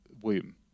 womb